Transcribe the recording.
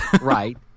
Right